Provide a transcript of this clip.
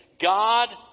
God